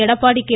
Edappadi K